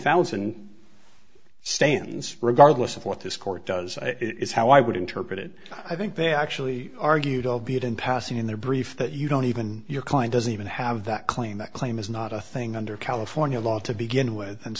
thousand stands regardless of what this court does it is how i would interpret it i think they actually argued albeit in passing in their brief that you don't even your client doesn't even have that claim that claim is not a thing under california law to begin with and